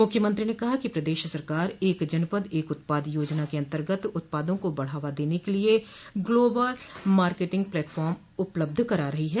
मुख्यमंत्री ने कहा कि प्रदेश सरकार एक जनपद एक उत्पाद योजना के अन्तर्गत उत्पादों को बढ़ावा देने के लिये ग्लोबल मार्केटिंग प्लेटफार्म उपलब्ध करा रही है